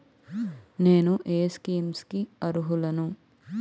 నేను ఏ స్కీమ్స్ కి అరుహులను?